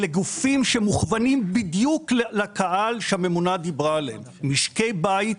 אלה גופים שמוכוונים בדיוק לקהל שהממונה דיברה עליהם משקי בית,